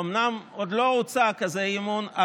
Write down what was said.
אומנם עוד לא הוצע כזה אי-אמון,